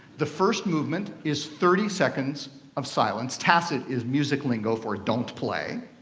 the first movement is thirty seconds of silence. tacit is music lingo for don't play.